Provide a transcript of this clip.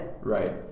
Right